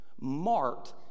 marked